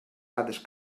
dades